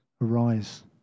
arise